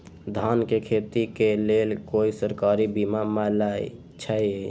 धान के खेती के लेल कोइ सरकारी बीमा मलैछई?